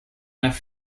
enough